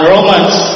Romans